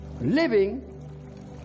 living